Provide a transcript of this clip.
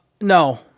No